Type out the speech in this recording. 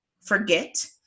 forget